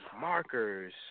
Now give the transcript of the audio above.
markers